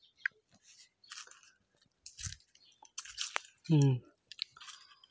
ᱦᱩᱸ